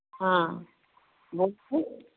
हाँ बोलिए